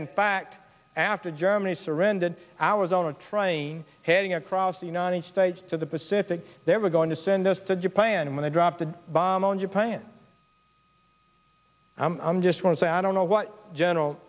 in fact after germany surrendered hours on a train heading across the united states to the pacific they were going to send us to japan when they dropped the bomb on japan i'm just once i don't know what general